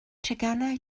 teganau